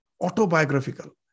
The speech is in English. autobiographical